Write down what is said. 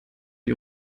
die